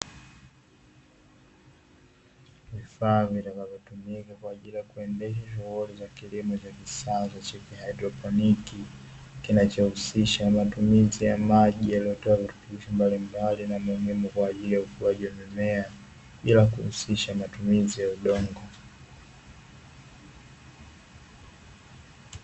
Vifaa vinavyotumika kwaajili ya kuendesha shughuli za kilimo cha kisasa cha haidroponi, kinachohusisha matumizi ya maji yaliyotoa virutubisho mbalimbali na muhimu kwaajili ya ukuaji wa mimea bila kuhusisha matumizi ya udongo.